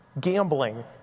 gambling